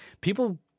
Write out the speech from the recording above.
people